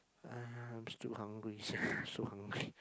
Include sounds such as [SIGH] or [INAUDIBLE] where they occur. I'm still hungry sia [BREATH] so hungry [BREATH]